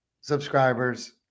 subscribers